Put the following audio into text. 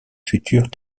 futures